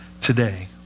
today